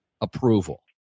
approval